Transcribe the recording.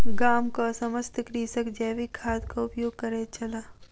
गामक समस्त कृषक जैविक खादक उपयोग करैत छल